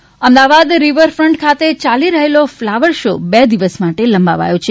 flower show Ahmedabad riverfront ખાતે ચાલી રહેલો ફ્લાવર શો બે દિવસ માટે લંબાવાયો છે